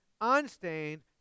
unstained